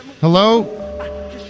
Hello